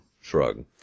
shrug